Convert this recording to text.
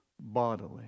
bodily